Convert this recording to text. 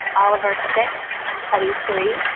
oliver sic and teddy, three.